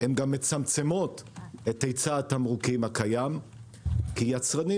הן גם מצמצמות את היצע התמרוקים הקיים כי יצרנים